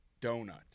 Donut